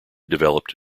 developed